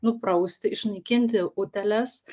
nuprausti išnaikinti utėles